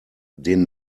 den